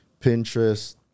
Pinterest